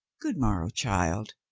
good morrow, child,